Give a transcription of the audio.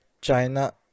China